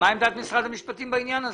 עמדת משרד המשפטים בעניין הזה?